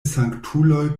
sanktuloj